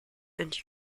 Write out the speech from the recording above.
and